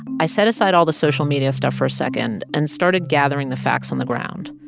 i set aside all the social media stuff for a second and started gathering the facts on the ground,